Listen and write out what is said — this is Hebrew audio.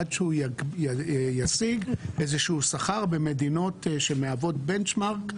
עד שהוא ישיג איזה שהוא שכר במדינות שמהוות "בנצ'מארק",